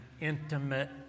intimate